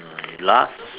uh you laugh